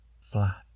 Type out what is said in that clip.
flat